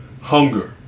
hunger